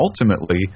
ultimately